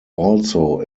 also